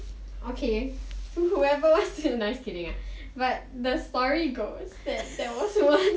okay so whoever wants to no I'm just kidding but the story goes that there was once